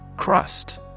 Crust